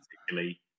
particularly